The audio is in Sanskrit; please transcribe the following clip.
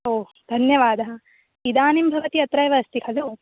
ओ धन्यवादः इदानीं भवती अत्रैव अस्ति खलु